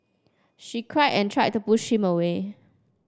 she cried and tried to push him away